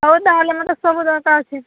ହଉ ତାହାଲେ ମୋତେ ସୁବିଧାଟା ଅଛି